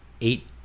eight